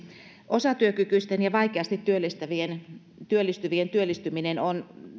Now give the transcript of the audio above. osatyökykyisten ja vaikeasti työllistyvien työllistyminen